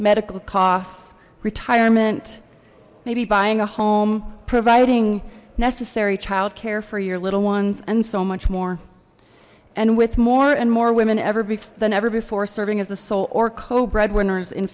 medical costs retirement maybe buying a home providing necessary childcare for your little ones and so much more and with more and more women ever be than ever before serving as the sole or co breadwinners in